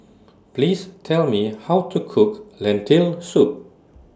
Please Tell Me How to Cook Lentil Soup